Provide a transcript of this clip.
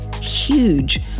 huge